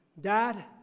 Dad